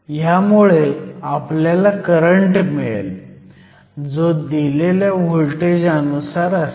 ह्यामुळे आपल्याला करंट मिळेल जो दिलेल्या व्होल्टेज अनुसार असेल